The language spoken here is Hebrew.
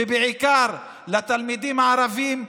ובעיקר לתלמידים הערביים,